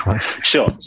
Sure